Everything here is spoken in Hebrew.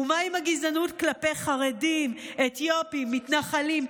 ומה עם הגזענות כלפי חרדים, אתיופים, מתנחלים?